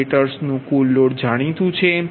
જનરેટર્સનું કુલ લોડ જાણીતું છે